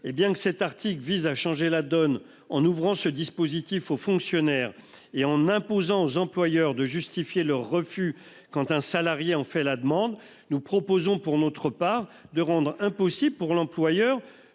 le font. Cet article vise à changer la donne en ouvrant ce dispositif aux fonctionnaires et en imposant aux employeurs de justifier leur refus quand un salarié en fait la demande. Nous proposons, pour notre part, de rendre impossible pour l'employeur